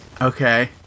Okay